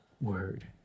word